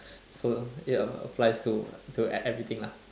so ya it applies to to e~ everything lah